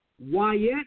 Wyatt